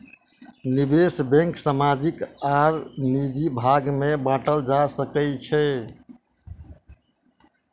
निवेश बैंक सामाजिक आर निजी भाग में बाटल जा सकै छै